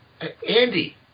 Andy